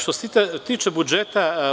Što se tiče budžeta.